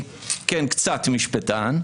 אני קצת משפטן,